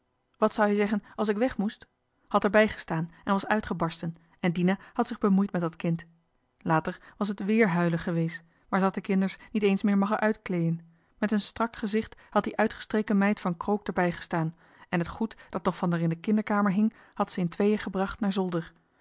wat zou je zeggen als ik wegmoest had erbij gestaan en was uitgebarsten en dina had zich bemoeid met dat kind later was het wéér huilen gewees maar ze had de kinders niet eens meer magge uitkleejen met een strak gezicht had die uitgestreken meid van krook d'er bij gestaan en het goed dat nog van d'er in de kinderkamer hing had ze in tweeën gebracht naar zolder